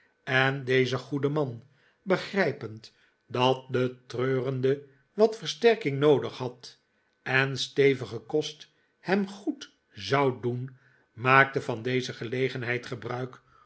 en deze goede man begrijpend dat de treurende wat versterking noodig had en stevige kost hem goed zou doen maakte van deze gelegenheid gebruik